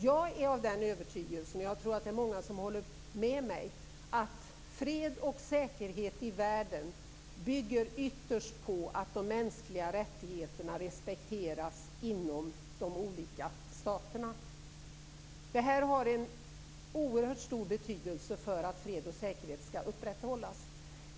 Jag är av den övertygelsen - och jag tror att det är många som håller med mig - att fred och säkerhet i världen ytterst bygger på att de mänskliga rättigheterna respekteras inom de olika staterna. Detta har en oerhört stor betydelse för att fred och säkerhet skall upprätthållas.